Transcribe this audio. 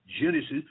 Genesis